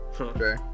Okay